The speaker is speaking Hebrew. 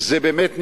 זה באמת נישואין,